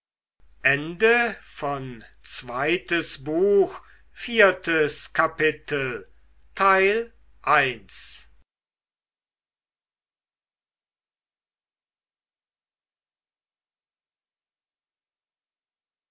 zweites buch erstes kapitel